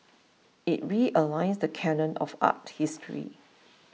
it realigns the canon of art history